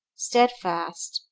steadfast,